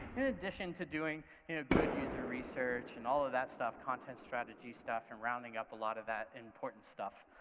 in addition to doing you know good user research and all of that stuff, content strategy stuff and rounding up a lot of that important stuff,